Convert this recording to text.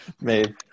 made